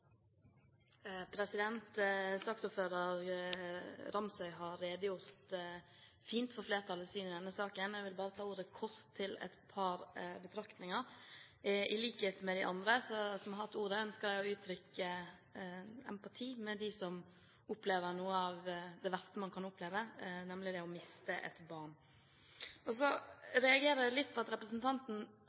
redegjort fint for flertallets syn i denne saken. Jeg ville bare ta ordet kort til et par betraktninger. I likhet med de andre som har hatt ordet, ønsker jeg å uttrykke empati med dem som opplever noe av det verste man kan oppleve, nemlig å miste et barn. Så reagerer jeg litt på at representanten